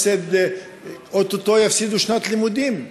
ואו-טו-טו יפסידו שנת לימודים.